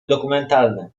dokumentalne